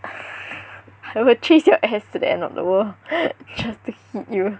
I will chase your ass to the end of the world just to hit you